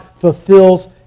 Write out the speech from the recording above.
fulfills